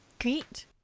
Great